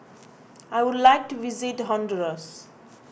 I would like to visit Honduras